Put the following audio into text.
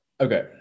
Okay